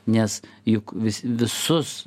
nes juk vis visus